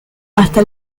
hasta